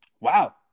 Wow